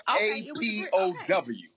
A-P-O-W